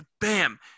bam